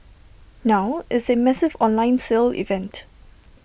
now it's A massive online sale event